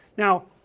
now